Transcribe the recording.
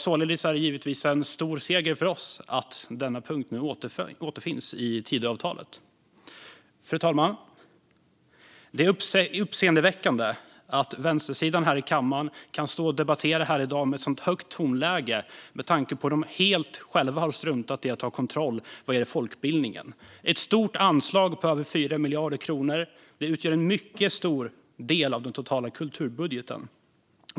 Således är det givetvis en stor seger för oss att denna punkt nu återfinns i Tidöavtalet. Fru talman! Det är uppseendeväckande att vänstersidan kan står här i dag och debattera i ett så högt tonläge med tanke på hur de själva helt har struntat i att ta kontroll vad gäller folkbildningen. Det är ett stort anslag på över 4 miljarder kronor som utgör en mycket stor del av den totala kulturbudgeten.